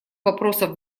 вопросов